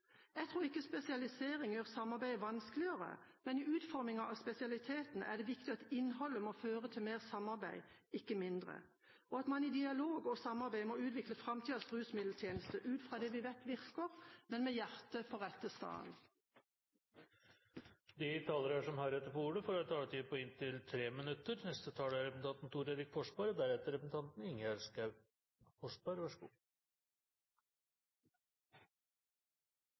Jeg tror ikke en spesialisering gjør samarbeidet vanskeligere, men i utformingen av spesialiteten er det viktig at innholdet må føre til mer samarbeid, ikke mindre, og at man i dialog og samarbeid må utvikle framtidas rusmiddeltjeneste ut fra det vi vet virker – men «med hjartet på rette staden». De talere som heretter får ordet, har en taletid på inntil 3 minutter. Det er